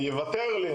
יוותר לי,